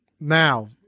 now